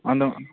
அந்த